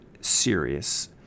serious